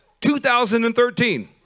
2013